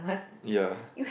ya